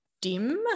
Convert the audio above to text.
Dim